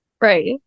Right